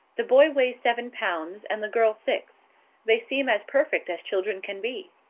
the boy weighs seven pounds and the girl six they seem as perfect as children can be.